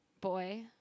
boy